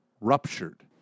ruptured